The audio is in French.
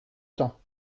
temps